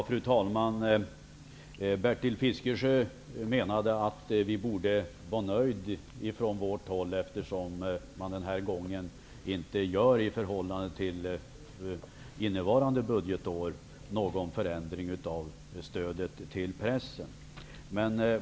Fru talman! Bertil Fiskesjö menade att vi borde vara nöjda från vårt håll, eftersom man den här gången inte gör någon förändring av stödet till pressen i förhållande till innevarande budgetår.